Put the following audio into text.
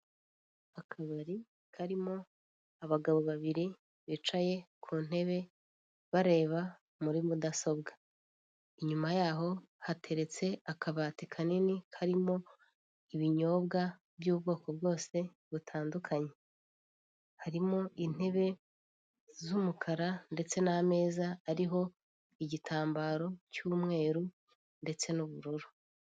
Akabari karimo abagabo babiri bicaye kuntebe bareba muri mudasobwa inyuma yaho hateretse akabati kanini karimo ibinyobwa by'ubwoko bwose butandukanye, harimo intebe z'umukara ndetse n'ameza ariho igitambaro cy'umweru ndetse n'ubururu.